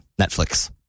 Netflix